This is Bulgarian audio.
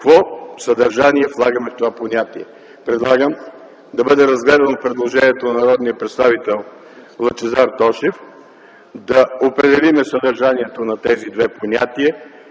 какво съдържание влагаме в това понятие. Предлагам да бъде разгледано предложението на народния представител Лъчезар Тошев да определим съдържанието на тези две понятия,